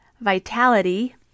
vitality